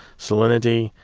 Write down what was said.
salinity,